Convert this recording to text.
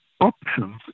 options